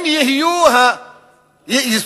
הם יהיו המונופול